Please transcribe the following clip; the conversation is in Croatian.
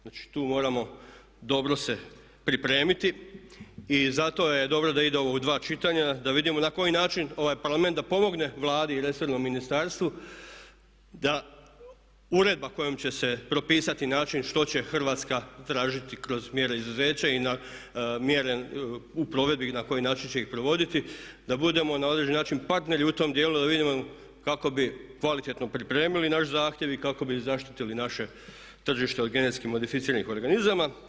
Znači, tu moramo dobro se pripremiti i zato je dobro da ide ovo u dva čitanja, da vidimo na koji način ovaj Parlament da pomogne Vladi i resornom ministarstvu da uredba kojom će se propisati način što će Hrvatska tražiti kroz mjere izuzeća i na mjere u provedbi, na koji način će ih provoditi, da budemo na određeni način partneri u tom dijelu, da vidimo kako bi kvalitetno pripremili naš zahtjev i kako bi zaštitili naše tržište od genetski modificiranih organizama.